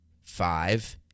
Five